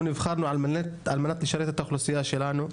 נבחרנו על מנת לשרת את האוכלוסייה שלנו.